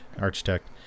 architect